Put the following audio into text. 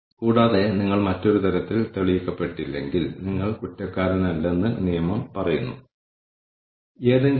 കൂടാതെ അവർ പോകുമ്പോൾ പ്രശ്നം എവിടെയാണെന്ന് നമ്മൾ കണ്ടെത്തും